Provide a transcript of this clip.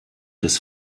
des